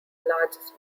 largest